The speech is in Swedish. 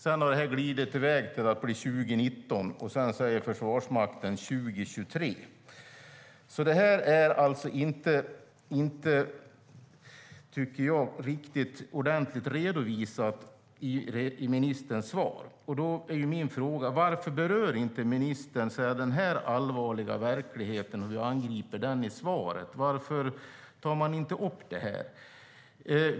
Sedan har det glidit i väg till att bli 2019, och sedan säger Försvarsmakten 2023. Jag tycker inte att detta är ordentligt redovisat i ministerns svar. Min fråga är: Varför berör inte ministern denna allvarliga verklighet och hur vi angriper den i svaret? Varför tar man inte upp det här?